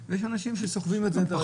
שייקחו אותם למקום אחר, להחלפה.